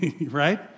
right